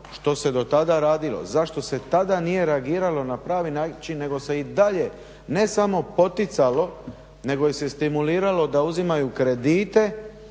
što se do tada radilo, zašto se tada nije reagiralo na pravi način nego se i dalje ne samo poticalo nego se i stimuliralo da uzimaju kredite